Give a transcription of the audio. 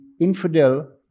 Infidel